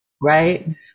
right